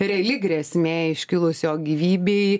reali grėsmė iškilusi jo gyvybei